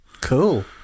Cool